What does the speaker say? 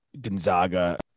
Gonzaga